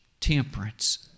temperance